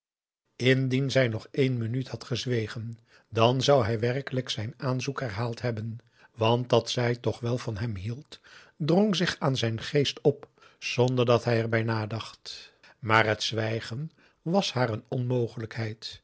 indien zij nog één minuut had gezwegen dan zou hij werkelijk zijn aanzoek herhaald hebben want dat zij toch wel van hem hield drong zich aan zijn geest op zonder dat hij er bij nadacht maar het zwijgen was haar een onmogelijkheid